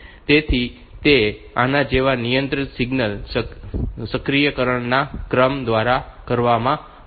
તેથી તે આના જેવા નિયંત્રણ સિગ્નલ સક્રિયકરણ ના ક્રમ દ્વારા કરવામાં આવે છે